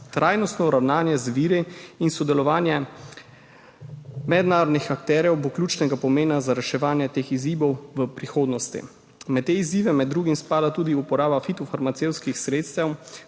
Trajnostno ravnanje z viri in sodelovanje mednarodnih akterjev bo ključnega pomena za reševanje teh izzivov v prihodnosti. Med te izzive med drugim spada tudi uporaba fitofarmacevtskih sredstev,